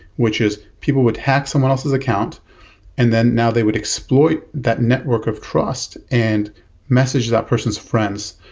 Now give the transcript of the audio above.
which is people would have someone else's account and then now they would exploit that network of trust and message that person's friends.